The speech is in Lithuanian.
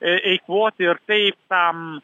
eikvoti ir taip tam